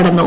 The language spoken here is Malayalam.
കടന്നു